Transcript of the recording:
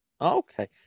Okay